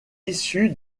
issue